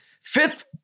fifth